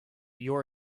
your